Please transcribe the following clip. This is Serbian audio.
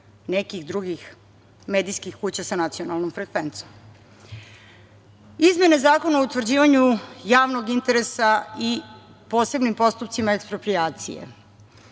nekih drugih medijskih kuća sa nacionalnom frekvencijom. Izmene zakona o utvrđivanju javnog interesa i posebnim postupcima eksproprijacije,